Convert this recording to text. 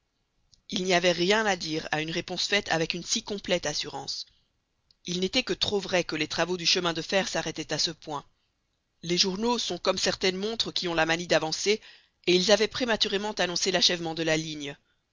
il n'y avait rien à dire à une réponse faite avec une si complète assurance il n'était que trop vrai que les travaux du chemin de fer s'arrêtaient à ce point les journaux sont comme certaines montres qui ont la manie d'avancer et ils avaient prématurément annoncé l'achèvement de la ligne